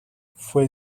fue